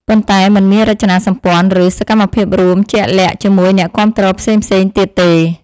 ប៉ុន្តែមិនមានរចនាសម្ព័ន្ធ ឬសកម្មភាពរួមជាក់លាក់ជាមួយអ្នកគាំទ្រផ្សេងៗទៀតទេ។